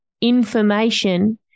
information